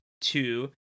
two